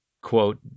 quote